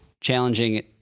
challenging